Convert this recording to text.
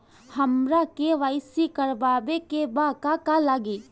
हमरा के.वाइ.सी करबाबे के बा का का लागि?